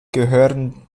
gehören